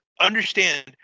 understand